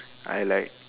I like